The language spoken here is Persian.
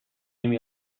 نمی